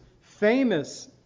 famous